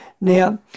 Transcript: Now